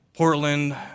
Portland